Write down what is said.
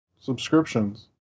Subscriptions